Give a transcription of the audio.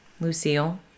Lucille